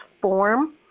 form